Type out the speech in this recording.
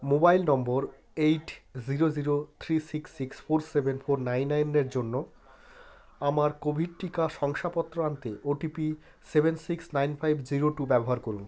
mobile number eight zero zero three six four seven four nine নাইনের জন্য আমার covid টিকা শংসাপত্র আনতে OTP seven six nine five zero two ব্যবহার করুন